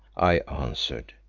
i answered,